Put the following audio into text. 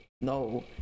no